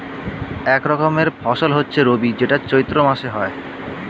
এক রকমের ফসল হচ্ছে রবি যেটা চৈত্র মাসে হয়